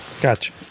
gotcha